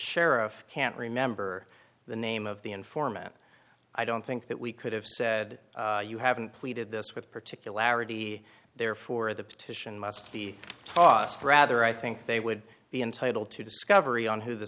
sheriff can't remember the name of the informant i don't think that we could have said you haven't pleaded this with particularity therefore the petition must be tossed rather i think they would be entitled to discovery on who th